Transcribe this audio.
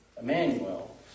Emmanuel